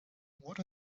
what